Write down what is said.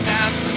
ask